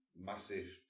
massive